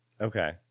Okay